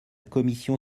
commission